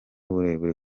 burere